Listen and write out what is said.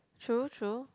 true true